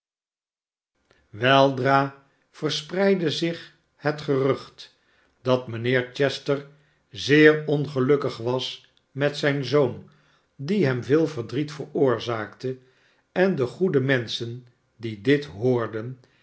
weldra verspreidde zich het gerucht dat mijnheer chester zeer ongelukkig was met zijn zoon die hem veel verdriet veroorzaakte en de goede menschen die dit hoorden